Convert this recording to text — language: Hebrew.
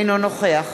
אינו נוכח